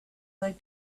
that